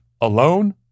Alone